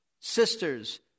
sisters